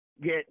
get